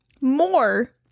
more